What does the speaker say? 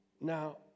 Now